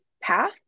path